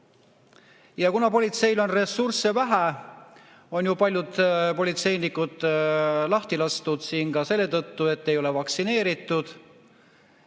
Kuna politseil on ressursse vähe, on ju paljud politseinikud lahti lastud ka selle tõttu, et nad ei ole vaktsineeritud,